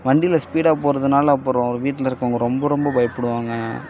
வண்டியில் ஸ்பீடாக போகிறதுனால அப்புறம் வீட்டில் இருக்கவங்க ரொம்ப ரொம்ப பயப்படுவாங்க